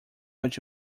what